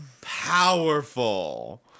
Powerful